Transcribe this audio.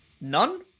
none